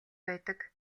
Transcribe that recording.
байдаг